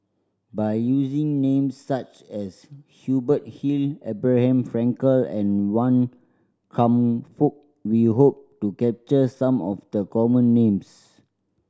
by using names such as Hubert Hill Abraham Frankel and Wan Kam Fook we hope to capture some of the common names